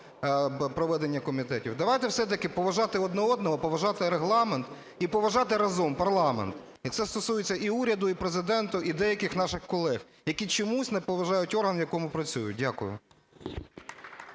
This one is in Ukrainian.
проведення комітетів. Давайте все-таки поважати один одного, поважати Регламент і поважати разом парламент. І це стосується і уряду, і Президента, і деяких наших колег, які чомусь не поважають орган, в якому працюють. Дякую.